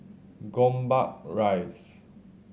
Gombak Rise